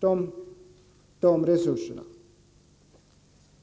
forskarna sådana resurser.